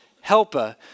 helper